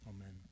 Amen